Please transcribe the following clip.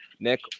nick